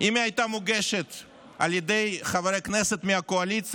אם היא הייתה מוגשת על ידי חבר כנסת מהקואליציה,